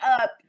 up